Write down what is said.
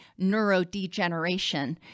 neurodegeneration